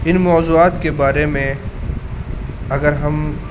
ان موضوعات کے بارے میں اگر ہم